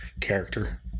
character